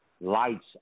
lights